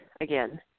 again